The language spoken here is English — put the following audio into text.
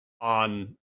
on